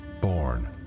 born